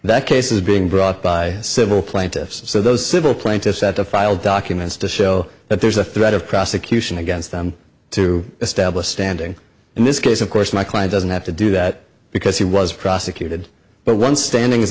that case is being brought by civil plaintiffs so those civil plaintiffs that the filed documents to show that there's a threat of prosecution against them to establish standing in this case of course my client doesn't have to do that because he was prosecuted but one standing